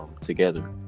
together